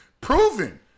proven